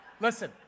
Listen